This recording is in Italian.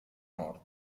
nord